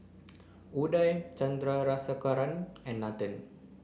Udai Chandrasekaran and Nathan